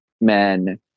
men